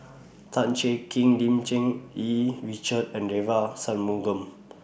Tan Cheng Kee Lim Cherng Yih Richard and Devagi Sanmugam